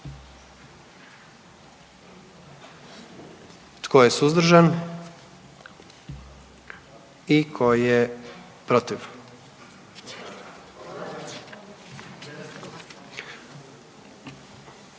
Tko je suzdržan? I tko je protiv?